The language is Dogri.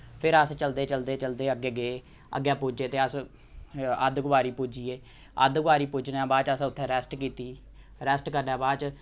फिर अस चलदे चलदे चलदे अग्गें गे अग्गै पुज्जे ते अस अद्धकवारी पुज्जी गे अद्धकवारी पुज्जने दे बाद च असें उत्थै रेस्ट कीती रैस्ट करने दे बाद च